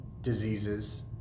diseases